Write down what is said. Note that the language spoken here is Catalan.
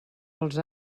els